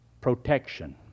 protection